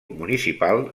municipal